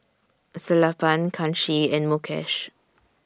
Sellapan Kanshi and Mukesh